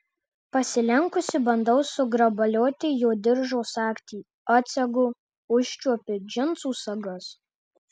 pasilenkusi bandau sugrabalioti jo diržo sagtį atsegu užčiuopiu džinsų sagas